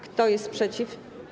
Kto jest przeciw?